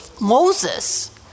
Moses